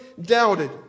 doubted